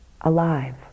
alive